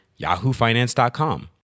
YahooFinance.com